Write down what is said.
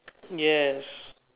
yes